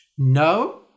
No